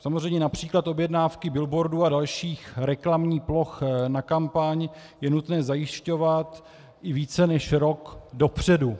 Samozřejmě například objednávky billboardů a dalších reklamních ploch na kampaň je nutné zajišťovat i více než rok dopředu.